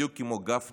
בדיוק כמו גפני